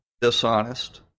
Dishonest